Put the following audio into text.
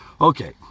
Okay